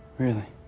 really?